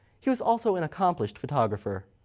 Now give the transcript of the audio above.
he was also an accomplished photographer.